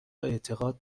اعتقاد